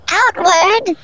outward